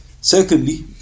Secondly